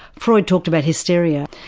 freud talked about hysteria.